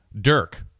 Dirk